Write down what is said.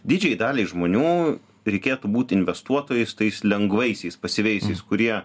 didžiajai daliai žmonių reikėtų būti investuotojais tais lengvaisiais pasyviaisiais kurie